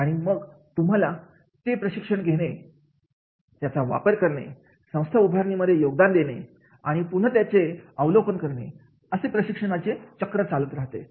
आणि मग पुन्हा तुम्हाला ते प्रशिक्षण घेणे त्याचा वापर करणे संस्था उभारणी मध्ये योगदान देणे आणि पुन्हा त्याचे अवलोकन करणे असे प्रशिक्षणाचे चक्र चालत राहते